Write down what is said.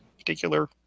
particular